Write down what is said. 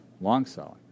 long-selling